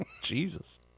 Jesus